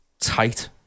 tight